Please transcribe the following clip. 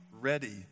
ready